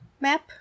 map